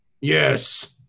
Yes